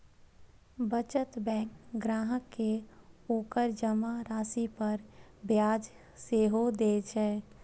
बचत बैंक ग्राहक कें ओकर जमा राशि पर ब्याज सेहो दए छै